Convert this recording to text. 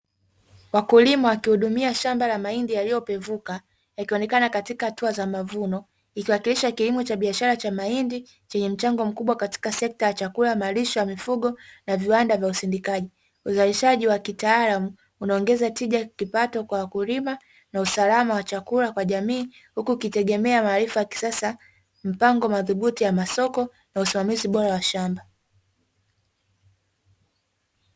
Wakilima wakihudumia shamba la mahindi yaliyopevuka yakionekana katika hatua ya mavuno ikiwakilisha kilimo cha biashara cha mahindi chenye mchango mkubwa katika sekta ya chakula, malisho ya mifungo na viwanda vya usindikaji. Uzalishaji wa kitaalamu unaongeza tija, kipato kwa wakulima na usalama wa chakula kwa jamii. Huku ukitegemea maarifa ya kisasa, mpango madhubuti wa soko na usimamizi bora wa shamba.